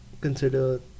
consider